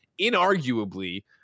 inarguably